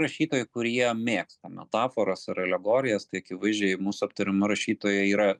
rašytojų kurie mėgsta metaforas alegorijas tai akivaizdžiai mūsų aptariama rašytoja yra